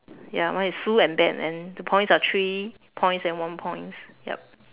ya mine is sue and ben and the points are three points and one points yup